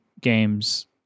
games